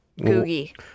Googie